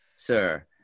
sir